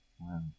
Wow